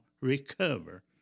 recover